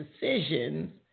decisions